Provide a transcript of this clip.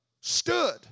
stood